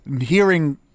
hearing